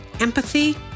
empathy